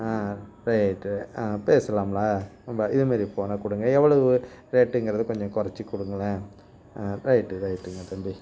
ஆ right ஆ பேசலாம்ங்களா அப்போ இது மாதிரி போனால் கொடுங்க எவ்ளவு ரேட்டுங்கிறத கொஞ்சம் குறைச்சு கொடுங்களேன் ஆ ரைட்டு ரைட்டுங்க தம்பி